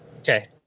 Okay